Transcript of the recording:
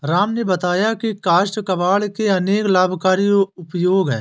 राम ने बताया की काष्ठ कबाड़ के अनेक लाभकारी उपयोग हैं